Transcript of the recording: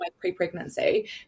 pre-pregnancy